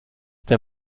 der